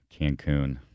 Cancun